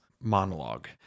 monologue